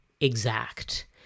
exact